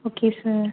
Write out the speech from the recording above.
okay sir